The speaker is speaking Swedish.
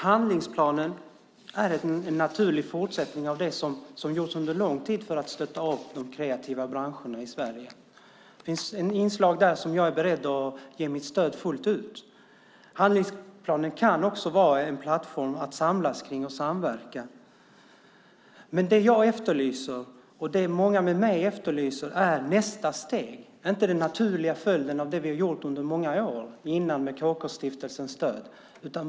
Handlingsplanen är en naturlig fortsättning på det som gjorts under lång tid för att stötta de kreativa branscherna i Sverige. Det finns ett inslag där som jag är beredd att ge mitt stöd fullt ut. Handlingsplanen kan också vara en plattform att samlas och samverka kring. Men det jag och många med mig efterlyser är nästa steg, inte den naturliga följden av det vi har gjort under många år tidigare med KK-stiftelsens stöd.